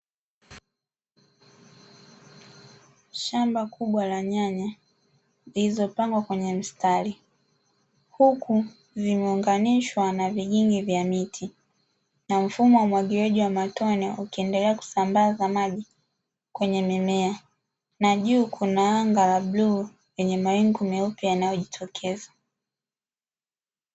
Shamba kubwa la nyanya zilizopangwa kwenye mstari huku zimeunganishwa na vigingi vya miti na mfumo wa umwagiliaji wa matone ukiendelea kusambaza maji kwenye mimea na juu kuna anga la bluu lenye mawingu meupe yanayojitokeza.